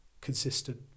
consistent